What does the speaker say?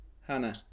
Hannah